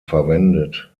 verwendet